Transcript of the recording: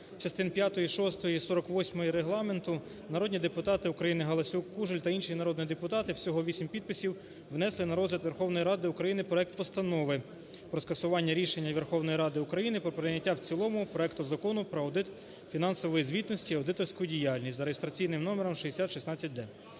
і сорок восьмої Регламенту народні депутати України Галасюк, Кужель та інші народні депутати, всього 8 підписів, внесли на розгляд Верховної Ради України проект Постанови про скасування рішення Верховної Ради України про прийняття в цілому проекту Закону про аудит фінансової звітності та аудиторську діяльність за реєстраційним номером 6016-д.